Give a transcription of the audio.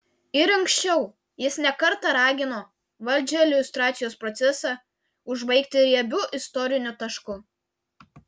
ir anksčiau jis ne kartą ragino valdžią liustracijos procesą užbaigti riebiu istoriniu tašku